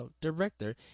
director